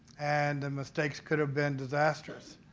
and the mistakes could have been disastrous.